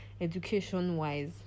education-wise